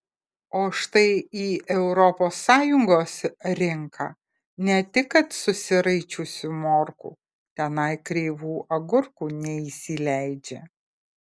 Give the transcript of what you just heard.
o štai į europos sąjungos rinką ne tik kad susiraičiusių morkų tenai kreivų agurkų neįsileidžia